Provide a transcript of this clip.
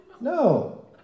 No